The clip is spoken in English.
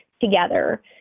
together